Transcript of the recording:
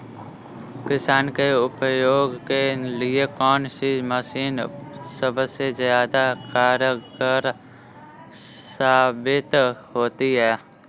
किसान के उपयोग के लिए कौन सी मशीन सबसे ज्यादा कारगर साबित होती है?